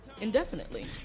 indefinitely